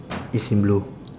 is in blue